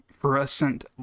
fluorescent